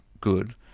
good